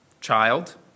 child